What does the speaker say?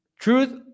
Truth